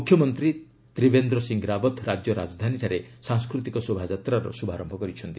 ମୁଖ୍ୟମନ୍ତ୍ରୀ ତ୍ରିବେନ୍ଦ୍ର ସିଂହ ରାବତ୍ ରାଜ୍ୟ ରାଜଧାନୀଠାରେ ସାଂସ୍କୃତିକ ଶୋଭାଯାତ୍ରାର ଶୁଭାରମ୍ଭ କରିଛନ୍ତି